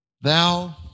thou